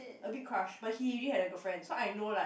a big crush but he already had a girlfriend so I know like